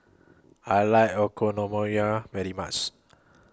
I like Okonomiyaki very much